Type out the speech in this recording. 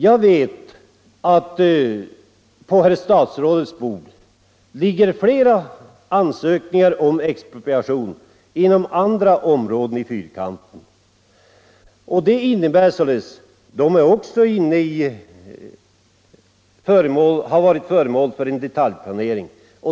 Jag vet att på herr statsrådets bord ligger ett flertal ansökningar om expropriation inom andra områden i fyrkanten. Dessa områden har också varit föremål för detaljplanering.